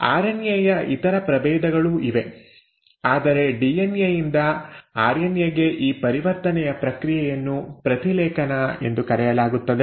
RNA ಯ ಇತರ ಪ್ರಭೇದಗಳೂ ಇವೆ ಆದರೆ ಡಿಎನ್ಎ ಯಿಂದ ಆರ್ಎನ್ಎ ಗೆ ಈ ಪರಿವರ್ತನೆಯ ಪ್ರಕ್ರಿಯೆಯನ್ನು ಪ್ರತಿಲೇಖನ ಎಂದು ಕರೆಯಲಾಗುತ್ತದೆ